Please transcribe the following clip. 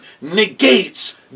negates